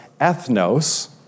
ethnos